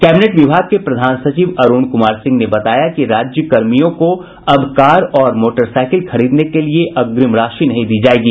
cabinet विभाग के प्रधान सचिव अरूण कुमार सिंह ने बताया कि राज्य कर्मियों को अब कार और मोटरसाईकिल खरीदने के लिए अग्रिम राशि नहीं दी जायेगी